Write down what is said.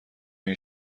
این